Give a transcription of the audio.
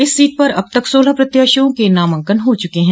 इस सीट पर अब तक सोलह प्रत्याशियों के नामांकन हो चुके हैं